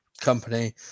company